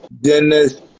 Dennis